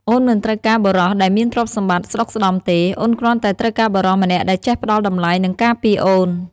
អូនមិនត្រូវការបុរសដែលមានទ្រព្យសម្បត្តិស្តុកស្តម្ភទេ អូនគ្រាន់តែត្រូវការបុរសម្នាក់ដែលចេះផ្តល់តម្លៃ និងការពារអូន។